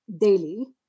daily